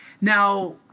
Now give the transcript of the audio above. Now